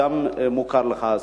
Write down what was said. האם מוכר לך הסיפור.